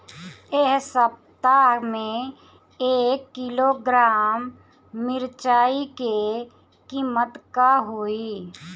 एह सप्ताह मे एक किलोग्राम मिरचाई के किमत का होई?